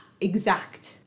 exact